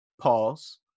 pause